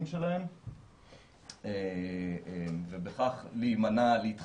הטכנולוגיה הזאת מאוד בשלה עד כדי כמעט הייתי אומר שזו בעיה